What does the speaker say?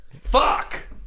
fuck